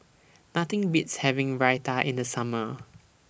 Nothing Beats having Raita in The Summer